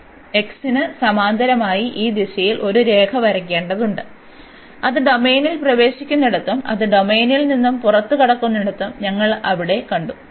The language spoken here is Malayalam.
അതിനാൽ x ന് സമാന്തരമായി ഈ ദിശയിൽ ഒരു രേഖ വരയ്ക്കേണ്ടതുണ്ട് അത് ഡൊമെയ്നിൽ പ്രവേശിക്കുന്നിടത്തും അത് ഡൊമെയ്നിൽ നിന്ന് പുറത്തുകടക്കുന്നിടത്തും ഞങ്ങൾ അവിടെ കണ്ടു